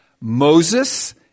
Moses